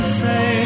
say